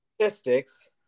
Statistics